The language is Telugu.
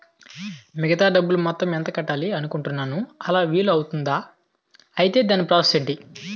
మిగతా డబ్బు మొత్తం ఎంత కట్టాలి అనుకుంటున్నాను అలా వీలు అవ్తుంధా? ఐటీ దాని ప్రాసెస్ ఎంటి?